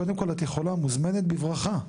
קודם כל, את יכולה ומוזמנת בברכה.